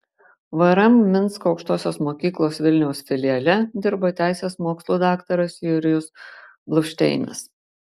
vrm minsko aukštosios mokyklos vilniaus filiale dirbo teisės mokslų daktaras jurijus bluvšteinas